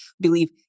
believe